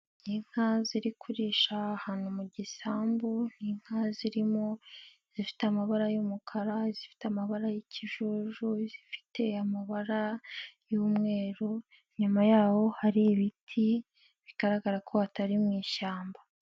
Inka ziri kurisha ahantu mu gisambu, ni inka zirimo zifite amabara y'umukara, izifite amabara y'ikijuju, izifite amabara y'umweru, inyuma y'aho hari ibiti, bigaragara ko hatari mu ishyamba.